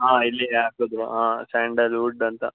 ಹಾಂ ಇಲ್ಲಿ ಹಾಕುದ್ರು ಹಾಂ ಸ್ಯಾಂಡಲ್ವುಡ್ ಅಂತ